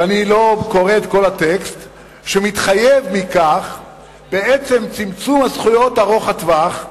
ואני לא קורא את כל הטקסט שמתחייב מכך בעצם צמצום הזכויות ארוך הטווח,